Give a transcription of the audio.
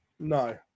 No